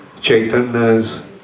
chaitanya's